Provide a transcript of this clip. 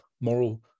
moral